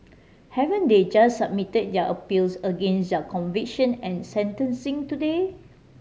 haven't they just submit their appeals against their conviction and sentencing today